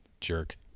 Jerk